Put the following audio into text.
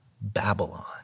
Babylon